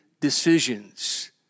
decisions